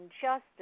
justice